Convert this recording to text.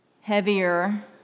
heavier